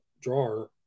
drawer